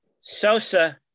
Sosa